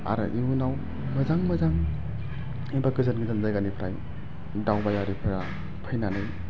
आरो इयुनाव मोजां मोजां एबा गोजान गोजान जायगानिफ्राय दावबायारिफ्रा फैनानै